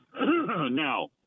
Now